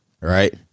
Right